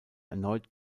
erneut